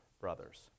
brothers